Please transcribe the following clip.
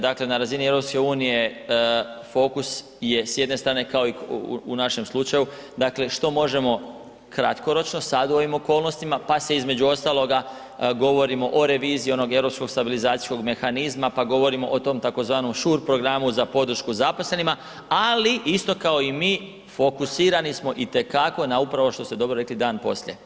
Dakle na razini EU fokus je s jedne strane, kao i u našem slučaju dakle što možemo kratkoročno sad u ovim okolnostima, pa se između ostaloga, govorimo o reviziji onog Europskog stabilizacijskog mehanizma, pa govorimo o tom tzv. SURE programu za podršku zaposlenima, ali isto kao i mi, fokusirani smo itekako na upravo, što ste dobro rekli, dan poslije.